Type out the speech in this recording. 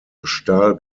stahl